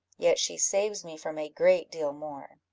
yet she saves me from a great deal more.